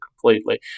completely